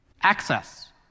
Access